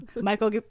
Michael